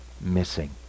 missing